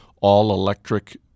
all-electric